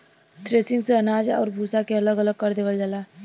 threshing से अनाज आउर भूसा के अलग अलग कर देवल जाला